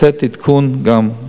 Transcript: לתת עדכון גם,